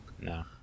No